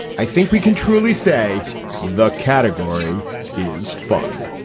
i think we can truly say the category is fun.